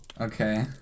Okay